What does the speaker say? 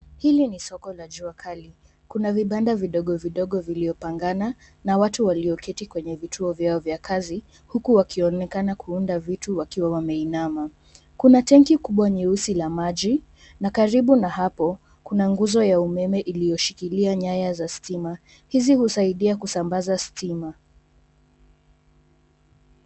Hili ni soko la juakali. Kuna vibanda vidogovidogo viliopangana, na watu walioketi kwenye vituo vyao vya kazi, huku wakionekna kuwa wakiunda vitu waakiwa wameinama. Kuna tenki kubwa nyeusi la maji, na karibu na hapo, kuna nguzo ya umeme iliyoshikilia nyaya za stima. Hizi husaidia kusambaza stima.